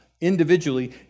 individually